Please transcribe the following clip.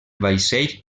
vaixell